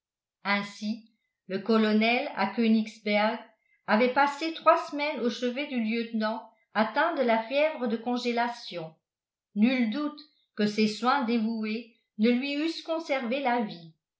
ainsi le colonel à koenigsberg avait passé trois semaines au chevet du lieutenant atteint de la fièvre de congélation nul doute que ces soins dévoués ne lui eussent conservé la vie